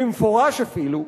במפורש אפילו.